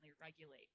regulate